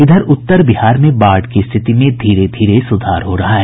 इधर उत्तर बिहार में बाढ़ की स्थिति में धीरे धीरे सुधार हो रहा है